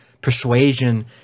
persuasion